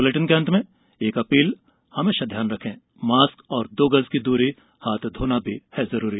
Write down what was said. इस बुलेटिन के अंत में एक अपील हमेशा ध्यान रखें मास्क और दो गज की दूरी हाथ धोना भी है जरूरी